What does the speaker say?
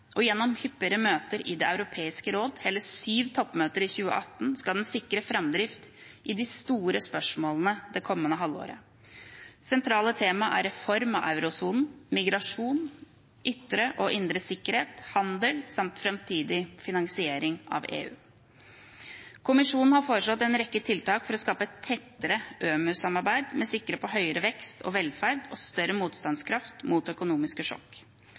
Gjennom hyppigere møter i Det europeiske råd – hele syv toppmøter i 2018 – skal den sikre framdrift i de store spørsmålene det kommende halvannet året. Sentrale tema er reform av eurosonen, migrasjon, ytre og indre sikkerhet, handel, samt framtidig finansiering av EU. Kommisjonen har foreslått en rekke tiltak for å skape et tettere ØMU-samarbeid med sikte på høyere vekst og velferd og større motstandskraft mot økonomiske sjokk.